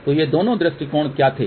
तो ये दोनों दृष्टिकोण क्या थे